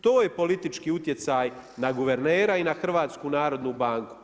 To je politički utjecaj na guvernera i na HNB.